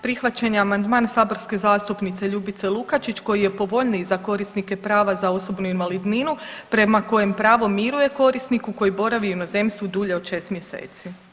Prihvaćeni amandman saborske zastupnice Ljubice Lukačić koji je povoljniji za korisnike prava za osobnu invalidninu prema kojem pravo miruje korisniku koji boravi u inozemstvu dulje od 6 mjeseci.